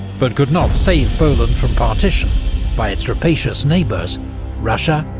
but could not save poland from partition by its rapacious neighbours russia,